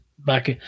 Back